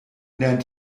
lernt